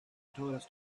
torus